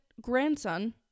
grandson